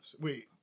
Wait